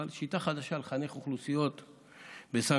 אבל השיטה החדשה, לחנך אוכלוסיות בסנקציות.